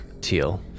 Teal